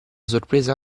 sorpresa